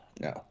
no